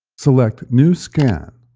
select new scan.